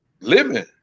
living